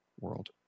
world